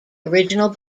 original